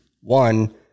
One